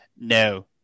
No